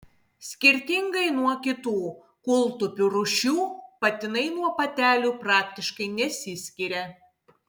skirtingai nuo kitų kūltupių rūšių patinai nuo patelių praktiškai nesiskiria